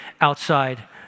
outside